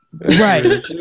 Right